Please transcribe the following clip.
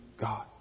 God